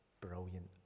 brilliant